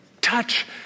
touch